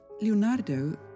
Leonardo